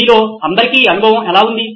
మీలో అందరికీ ఈ అనుభవం ఎలా ఉంది